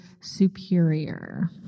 superior